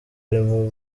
ari